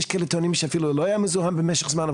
יש כאלה טוענים שאפילו לא היה מזוהם במשך זמן.